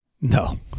No